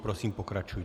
Prosím, pokračujte.